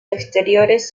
exteriores